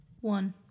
One